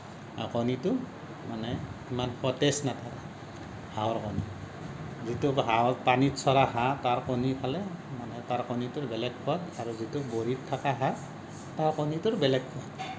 আৰু কণীটো মানে ইমান সতেজ নাথাকে হাঁহৰ কণী যিটো হাঁহৰ পানীত চৰা হাঁহ তাৰ কণী খালে মানে তাৰ কণীটোৰ বেলেগ সোৱাদ আৰু যিটো বহি থকা হাঁহ তাৰ কণীটোৰ বেলেগ